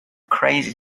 crazy